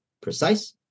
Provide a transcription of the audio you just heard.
precise